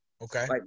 Okay